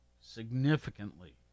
significantly